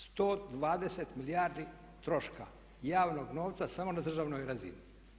120 milijardi troška javnog novca sam na državnoj razini.